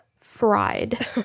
fried